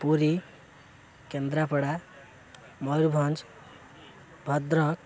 Puri Kendrapara Mayurbhanj Bhadrak